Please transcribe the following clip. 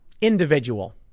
individual